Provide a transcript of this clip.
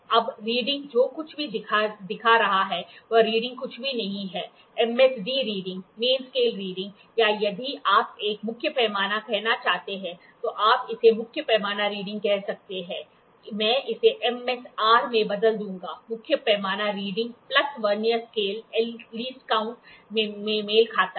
अब रीडिंगजो कुछ भी दिखा रहा है वह रीडिंग कुछ भी नहीं है MSD reading main scale reading या यदि आप एक मुख्य पैमाना कहना चाहते हैं तो आप इसे मुख्य पैमाना रीडिंग कह सकते हैं मैं इसे MSR में बदल दूंगा मुख्य पैमाना reading plus vernier scale LC में मेल खाता है